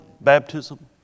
baptism